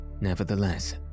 nevertheless